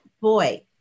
Boy